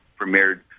premiered